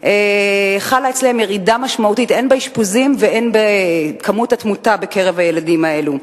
חלה אצלן ירידה משמעותית הן באשפוזים והן בתמותה בקרב הילדים האלו.